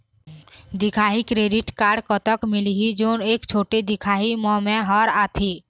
दिखाही credit card कतक मिलही जोन एक छोटे दिखाही म मैं हर आथे?